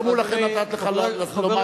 תרשמו לכם לומר אותם.